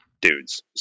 dudes